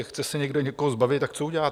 Chce se někdo někoho zbavit, tak co udělá?